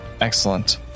Excellent